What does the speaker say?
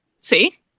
see